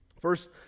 first